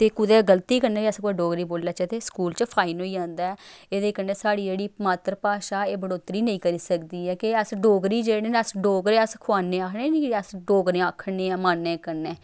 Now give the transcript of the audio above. ते कुतै गलती कन्नै अस कुतै डोगरी बोली लैचै ते स्कूल च फाइन होई जंदा ऐ एह्दे कन्नै साढ़ी जेह्ड़ी मात्तर भाशा एह् बढ़ोतरी नेईं करी सकदी ऐ कि अस डोगरी जेह्ड़े न अस डोगरे अस खआने आं आखनें अस डोगरे आखने आं मानै कन्नै